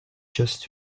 just